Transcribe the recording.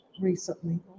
recently